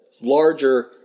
larger